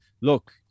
look